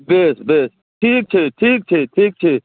बेस बेस ठीक छै ठीक छै ठीक छै